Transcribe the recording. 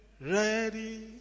ready